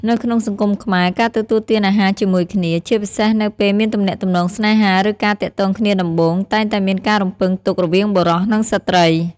នៅក្នុងសង្គមខ្មែរ ការទទួលទានអាហារជាមួយគ្នា ជាពិសេសនៅពេលមានទំនាក់ទំនងស្នេហា ឬការទាក់ទងគ្នាដំបូង តែងតែមានការរំពឹងទុករវាងបុរស និងស្ត្រី។